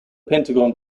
pentagon